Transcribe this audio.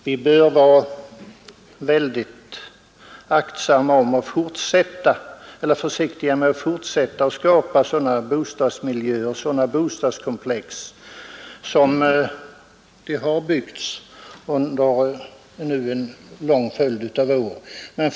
Vi bör vara mycket försiktiga med att fortsätta att skapa sådana bostadskomplex som nu har byggts under en lång följd av år.